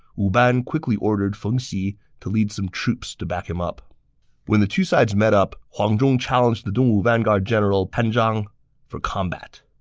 wu ban quickly ordered feng xi to lead some troops to back him up when the two sides met up, huang zhong challenged the dongwu vanguard general pan zhang for combat.